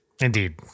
Indeed